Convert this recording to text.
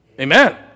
amen